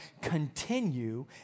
Continue